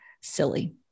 silly